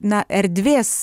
na erdvės